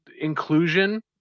Inclusion